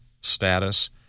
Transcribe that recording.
Status